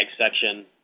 section